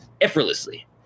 effortlessly